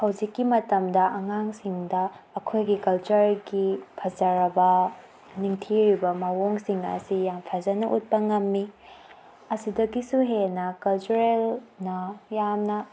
ꯍꯧꯖꯤꯛꯀꯤ ꯃꯇꯝꯗ ꯑꯉꯥꯡꯁꯤꯡꯗ ꯑꯩꯈꯣꯏꯒꯤ ꯀꯜꯆꯔꯒꯤ ꯐꯖꯔꯕ ꯅꯤꯡꯊꯤꯔꯕ ꯃꯑꯣꯡꯁꯤꯡ ꯑꯁꯤ ꯌꯥꯝ ꯐꯖꯅ ꯎꯠꯄ ꯉꯝꯃꯤ ꯑꯁꯤꯗꯒꯤꯁꯨ ꯍꯦꯟꯅ ꯀꯜꯆꯔꯦꯜꯅ ꯌꯥꯝꯅ